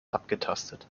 abgetastet